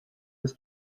his